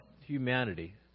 humanity